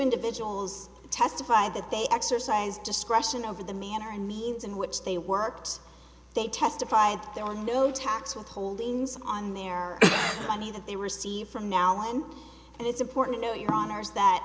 individuals testify that they exercise discretion over the manner and means in which they worked they testified there were no tax withholdings on their money that they received from now on and it's important to know your honour's that